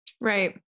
right